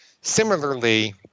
Similarly